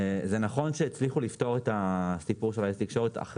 זה נכון שהצליחו לפתור את הסיפור של אייס